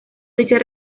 dicha